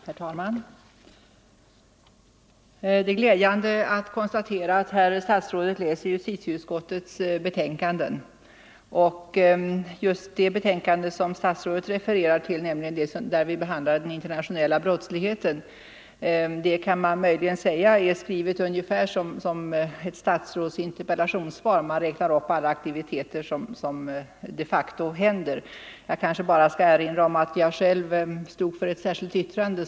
Herr talman! Det är glädjande att konstatera att herr statsrådet läser justitieutskottets betänkanden. Just det betänkande som statsrådet refererade till, där vi behandlar den internationella brottsligheten, kan möjligen sägas vara skrivet ungefär som ett statsråds interpellationssvar. Man räknar upp alla aktiviteter som de facto förekommer. Jag kanske bara skall erinra om att jag själv stod för ett särskilt yttrande.